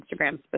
Instagram